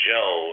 Joe